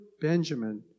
Benjamin